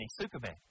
Superman